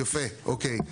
יפה, אוקיי.